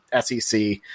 SEC